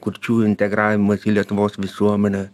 kurčiųjų integravimas į lietuvos visuomenę